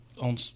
on